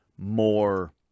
more